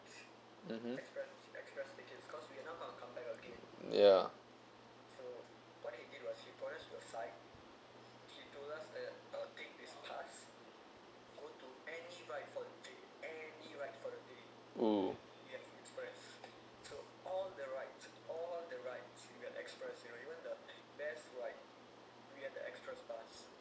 (uh huh) ya oh